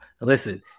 Listen